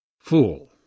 Fool